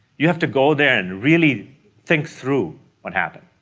you have to go there and really think through what happened.